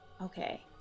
Okay